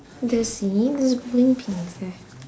the scene has bowling pins eh